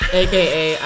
aka